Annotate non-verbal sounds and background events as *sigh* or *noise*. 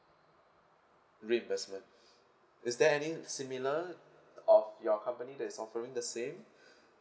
reimbursement *breath* is there any similar uh of your company that is offering the same *breath*